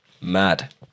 Mad